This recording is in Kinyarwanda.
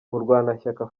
murwanashyaka